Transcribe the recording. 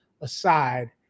aside